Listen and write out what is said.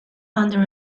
under